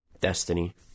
Destiny